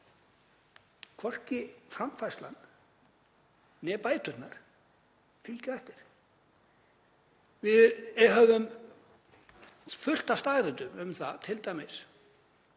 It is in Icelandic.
hvorki framfærslan né bæturnar fylgja eftir. Við höfum fullt af staðreyndum um það.